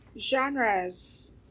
Genres